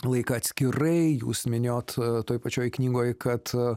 laiką atskirai jūs minėjot toj pačioj knygoj kad